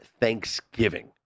Thanksgiving